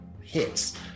hits